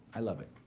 i love it.